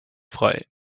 frei